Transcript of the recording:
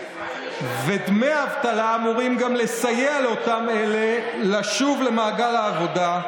דמי האבטלה אמורים גם לסייע לאותם אלה לשוב למעגל העבודה.